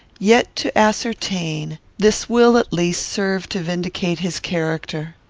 yet to ascertain this will, at least, serve to vindicate his character.